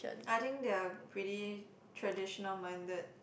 I think they are pretty traditional minded